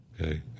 okay